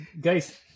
Guys